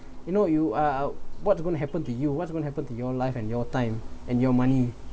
you know you are what's going to happen to you what's going happen to your life and your time and your money